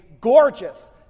gorgeous